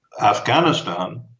Afghanistan